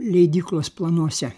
leidyklos planuose